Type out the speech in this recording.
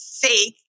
fake